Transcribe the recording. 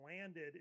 landed